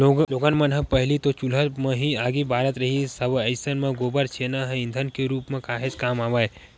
लोगन मन ह पहिली तो चूल्हा म ही आगी बारत रिहिस हवय अइसन म गोबर छेना ह ईधन के रुप म काहेच काम आवय